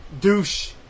douche